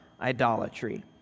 idolatry